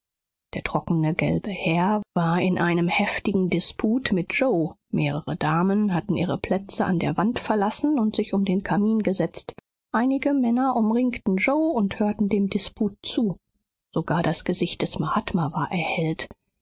der trockene gelbe herr war in einem heftigen disput mit yoe mehrere damen hatten ihre plätze an der wand verlassen und sich um den kamin gesetzt einige männer umringten yoe und hörten dem disput zu sogar das gesicht des mahatma war erhellt